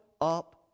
up